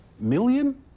million